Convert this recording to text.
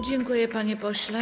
Dziękuję, panie pośle.